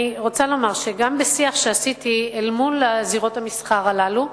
אני רוצה לומר שגם בשיח שעשיתי אל מול זירות המסחר הללו,